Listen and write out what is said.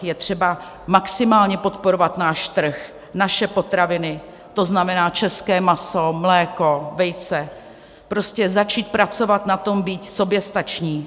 Je třeba maximálně podporovat náš trh, naše potraviny, to znamená české maso, mléko, vejce, prostě začít pracovat na tom být soběstační.